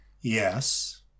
Yes